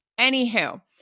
Anywho